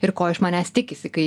ir ko iš manęs tikisi kai